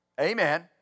Amen